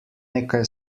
nekaj